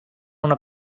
una